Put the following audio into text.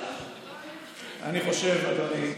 אני חושב, אדוני,